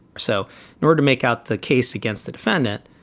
so in order to make out the case against the defendant,